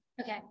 okay